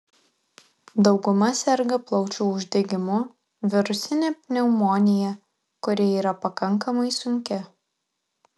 dauguma serga plaučių uždegimu virusine pneumonija kuri yra pakankamai sunki